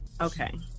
Okay